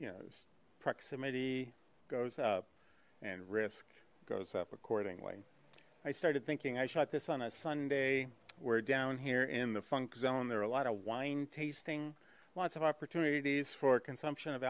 you know proximity goes up and risk goes up accordingly i started thinking i shot this on a sunday we're down here in the funk zone there are a lot of wine tasting lots of opportunities for consumption of